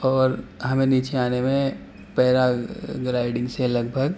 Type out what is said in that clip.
اور ہمیں نیچے آنے میں پیرا گلائڈنگ سے لگ بھگ